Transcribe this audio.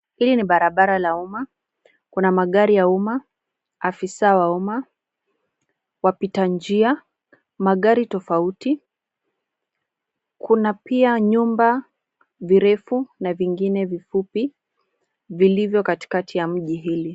Hili ni barabara la umma. Kuna magari ya umma, afisa wa umma, wapita njia, magari tofauti. Kuna pia nyumba virefu na vingine vifupi vilivyo katikati ya mji hili.